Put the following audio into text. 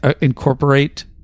incorporate